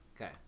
Okay